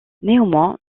néanmoins